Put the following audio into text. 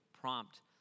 prompt